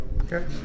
okay